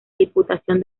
diputación